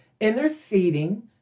interceding